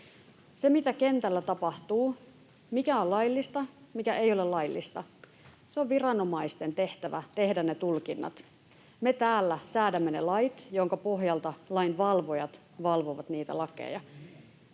Siitä, mitä kentällä tapahtuu — mikä on laillista, mikä ei ole laillista — on viranomaisten tehtävä tehdä ne tulkinnat. Me täällä säädämme ne lait, minkä pohjalta lainvalvojat valvovat niitä lakeja.